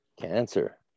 cancer